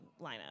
lineup